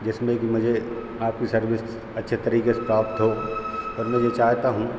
जिसमें कि मुझे आपकी सर्विस अच्छे तरीक़े से प्राप्त हो और मैं यह चाहता हूँ